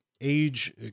age